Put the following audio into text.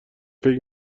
فکر